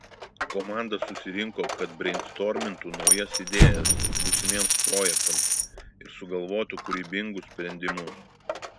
komanda susirinko kad breistormintų naujas idėjas būsimiems projektams ir sugalvotų kūrybingus sprendimus